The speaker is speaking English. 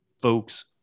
folks